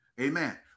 Amen